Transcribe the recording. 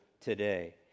today